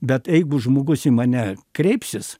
bet eigu žmogus į mane kreipsis